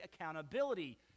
accountability